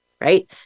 right